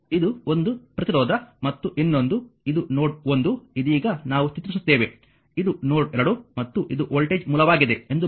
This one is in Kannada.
ಇದು ಒಂದು ಪ್ರತಿರೋಧ ಮತ್ತು ಇನ್ನೊಂದು ಇದು ನೋಡ್ 1 ಇದೀಗ ನಾವು ಚಿತ್ರಿಸುತ್ತೇವೆ ಇದು ನೋಡ್ 2 ಮತ್ತು ಇದು ವೋಲ್ಟೇಜ್ ಮೂಲವಾಗಿದೆ ಎಂದು ಭಾವಿಸೋಣ